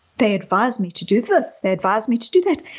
they advised me to do this. they advise me to do that.